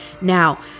Now